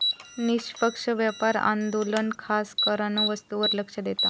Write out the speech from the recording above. निष्पक्ष व्यापार आंदोलन खासकरान वस्तूंवर लक्ष देता